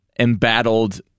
embattled